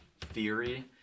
theory